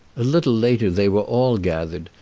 a little later they were all gathered,